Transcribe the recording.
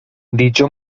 dicho